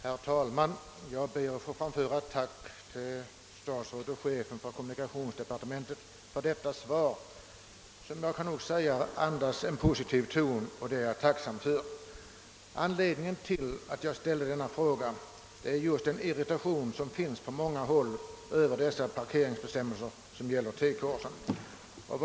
Herr talman! Jag ber att få framföra ett tack till statsrådet och chefen för kommunikationsdepartementet för svaret som jag tycker är positivt, och det är jag tacksam för. Anledningen till att jag ställde denna fråga är den irritation som på många håll finns över de parkeringsbestämmelser som gäller T-korsen.